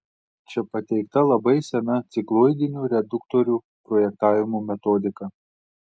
čia pateikta labai sena cikloidinių reduktorių projektavimo metodika